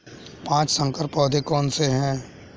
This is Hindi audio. पाँच संकर पौधे कौन से हैं?